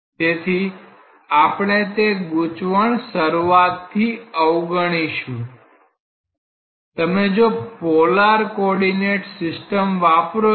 તેથી આપણે તે ગૂંચવણ શરૂઆતથી અવગણીશુ તમે જો પોલાર કોર્ડીનેટ સીસ્ટમ વાપરો છો